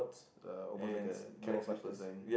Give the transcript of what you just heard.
uh almost like a camouflage design